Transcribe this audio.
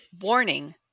Warning